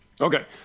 Okay